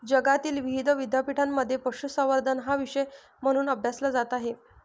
जगातील विविध विद्यापीठांमध्ये पशुसंवर्धन हा विषय म्हणून अभ्यासला जात आहे